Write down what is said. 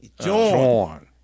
John